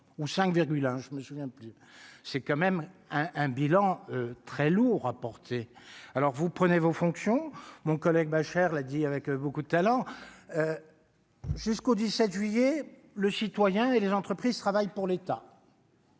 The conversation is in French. virgule je me souviens plus c'est quand même un, un bilan très lourd à porter, alors vous prenez vos fonctions, mon collègue Bachere là dit avec beaucoup de talent, jusqu'au 17 juillet le citoyen et les entreprises travaillent pour l'État.